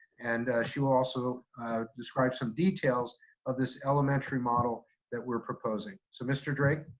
and she will also describe some details of this elementary model that we're proposing, so mr. drake.